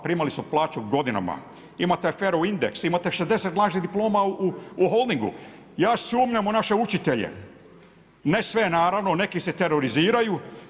Primali su plaću godinama, imate aferu indeks, imate 60 lažnih diploma u Holdingu, ja sumnjam u naše učitelje, ne sve, naravno, neki se teroriziraju.